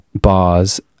bars